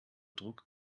druck